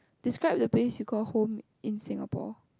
describe the place you call home in Singapore